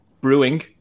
brewing